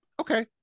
Okay